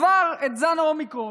עבר זן האומיקרון,